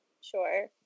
sure